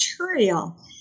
material